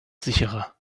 sicherer